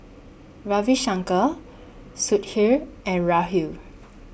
Ravi Shankar Sudhir and Rahul